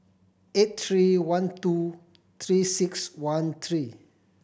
eight three one two Three Six One three